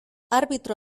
arbitro